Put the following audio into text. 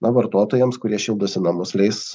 na vartotojams kurie šildosi namus leis